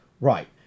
Right